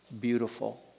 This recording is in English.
beautiful